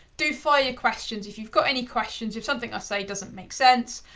do fire your questions, if you've got any questions, if something i say doesn't make sense,